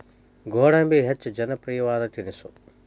ಗೋಡಂಬಿ ಹೆಚ್ಚ ಜನಪ್ರಿಯವಾದ ತಿನಿಸು